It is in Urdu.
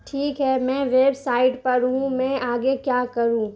ٹھیک ہے میں ویب سائٹ پر ہوں میں آگے کیا کروں